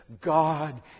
God